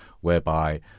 whereby